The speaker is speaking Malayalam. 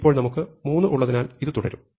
ഇപ്പോൾ നമുക്ക് 3 ഉള്ളതിനാൽ ഇത് തുടരും